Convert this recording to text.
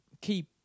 keep